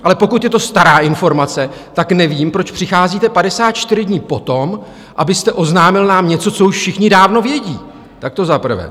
Ale pokud je to stará informace, tak nevím, proč přicházíte 54 dní po tom, abyste oznámil nám něco, co už všichni dávno vědí, tak to za prvé.